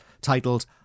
titled